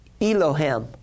Elohim